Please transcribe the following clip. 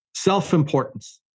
Self-importance